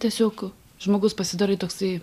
tiesiog žmogus pasidarai toksai